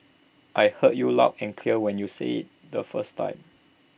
I heard you loud and clear when you said IT the first time